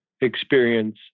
experience